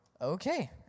Okay